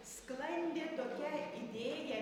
sklandė tokia idėja